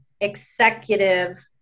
executive